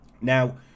Now